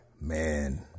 man